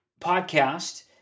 podcast